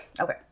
Okay